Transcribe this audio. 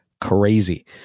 crazy